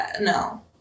no